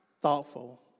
thoughtful